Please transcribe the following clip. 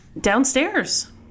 downstairs